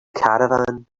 caravan